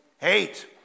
Hate